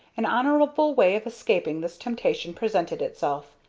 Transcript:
an honorable way of escaping this temptation presented itself.